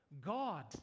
God